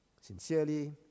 sincerely